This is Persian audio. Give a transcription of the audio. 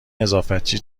نظافتچی